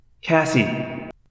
Cassie